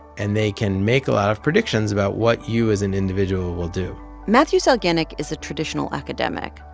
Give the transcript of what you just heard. and they can make a lot of predictions about what you as an individual will do matthew salganik is a traditional academic,